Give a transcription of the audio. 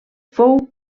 fou